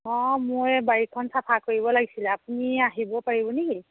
অঁ মোৰ এই বাৰীখন চাফা কৰিব লাগিছিল আপুনি আহিব পাৰিব নেকি